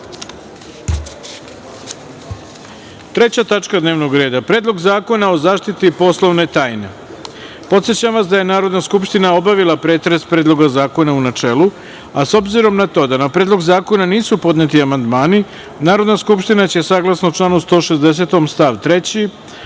krati. Treća tačka dnevnog reda – PREDLOG ZAKONA O ZAŠTITI POSLOVNE TAJNEPodsećam vas da je Narodna skupština obavila pretres Predloga zakona u načelu, a s obzirom na to da na Predlog zakona nisu podneti amandmani, Narodna skupština će, saglasno članu 160. stav 3.